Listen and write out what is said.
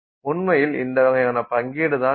உண்மையில் இந்த வகையான பங்கீடு தான் இருக்கும்